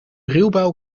ruwbouw